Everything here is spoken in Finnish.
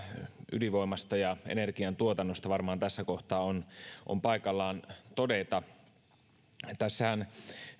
ydinvoimasta ja energiantuotannosta varmaan on tässä kohtaa paikallaan todeta tässä